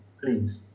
please